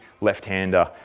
left-hander